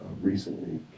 Recently